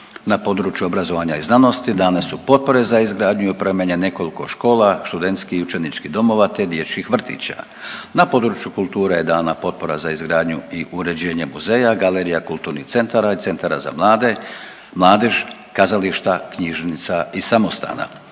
Na području obrazovanja i znanosti dane su potpore za izgradnju i opremanje nekoliko škola, studentskih i učeničkih domova te dječjih vrtića. Na području kulture je dana potpora za izgradnju i uređenje muzeja, galerija, kulturnih centara i centara za mlade, mladež, kazališta, knjižnica i samostana.